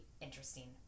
interesting